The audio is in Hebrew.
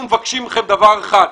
אנחנו מבקשים מכם דבר אחד.